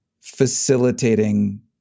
facilitating